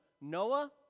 Noah